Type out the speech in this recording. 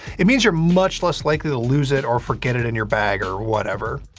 it means you're much less likely to lose it, or forget it in your bag, or whatever.